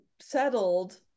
settled